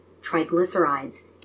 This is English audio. triglycerides